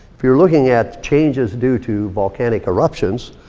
if you're looking at changes due to volcanic eruptions,